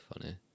funny